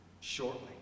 shortly